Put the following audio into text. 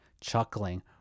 chuckling